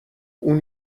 اون